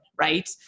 right